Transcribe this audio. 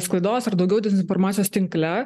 sklaidos ir daugiau dezinformacijos tinkle